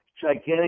gigantic